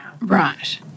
Right